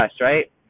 right